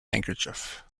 handkerchief